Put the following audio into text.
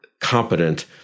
competent